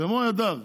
במו ידיו,